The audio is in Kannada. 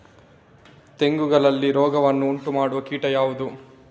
ತೆಂಗುಗಳಲ್ಲಿ ರೋಗವನ್ನು ಉಂಟುಮಾಡುವ ಕೀಟ ಯಾವುದು?